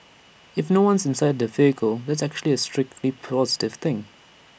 if no one's inside the vehicle that's actually A strictly positive thing